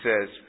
says